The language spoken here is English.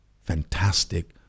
fantastic